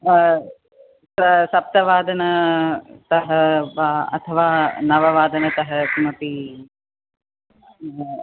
स सप्तवादनतः वा अथवा नववादनतः किमपि